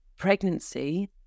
pregnancy